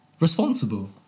responsible